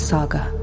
Saga